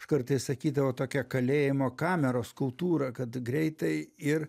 aš kartais sakydavau tokia kalėjimo kameros kultūra kad greitai ir